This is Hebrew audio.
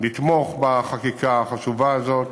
לתמוך בחקיקה החשובה הזאת,